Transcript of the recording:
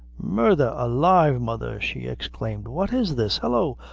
murdher alive, mother! she exclaimed, what is this? hallo!